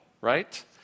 right